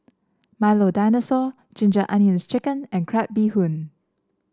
Milo Dinosaur Ginger Onions chicken and Crab Bee Hoon